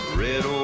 red